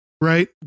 right